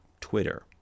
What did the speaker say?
twitter